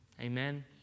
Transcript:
Amen